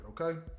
okay